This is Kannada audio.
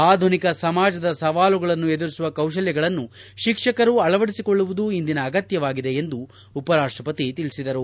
ಆಧುನಿಕ ಸಮಾಜದ ಸವಾಲುಗಳನ್ನು ಎದುರಿಸುವ ಕೌಶಲ್ಯಗಳನ್ನು ಶಿಕ್ಷಕರು ಅಳವಡಿಸಿಕೊಳ್ಳುವುದು ಇಂದಿನ ಅಗತ್ಲವಾಗಿದೆ ಎಂದು ಉಪರಾಷ್ಟಪತಿ ತಿಳಿಸಿದರು